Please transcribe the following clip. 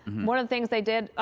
one of the things they did,